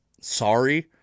sorry